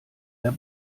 der